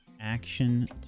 action